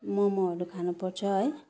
मोमोहरू खानुपर्छ है